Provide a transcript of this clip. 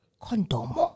Condom